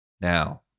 Now